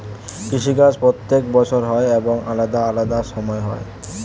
কৃষি কাজ প্রত্যেক বছর হয় এবং আলাদা আলাদা সময় হয়